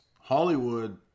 Hollywood